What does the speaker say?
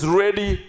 ready